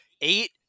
eight